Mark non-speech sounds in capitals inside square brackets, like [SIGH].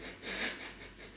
[LAUGHS]